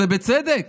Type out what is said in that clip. ובצדק,